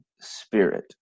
spirit